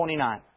29